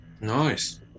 Nice